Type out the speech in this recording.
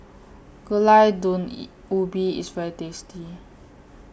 Gulai Daun Ubi IS very tasty